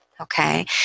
okay